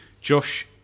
Josh